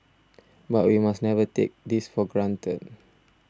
but we must never take this for granted